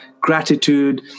gratitude